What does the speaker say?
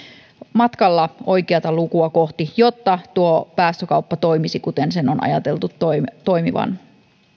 matkalla oikeata lukua kohti jotta tuo päästökauppa toimisi kuten sen on ajateltu toimivan